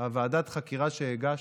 ועדת החקירה שהגשנו,